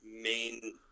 main